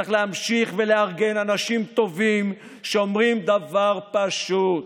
צריך להמשיך ולארגן אנשים טובים שאומרים דבר פשוט: